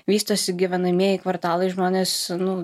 vystosi gyvenamieji kvartalai žmonės nu